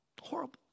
horrible